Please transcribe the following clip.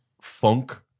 funk